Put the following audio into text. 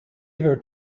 ever